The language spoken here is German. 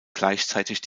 gleichzeitig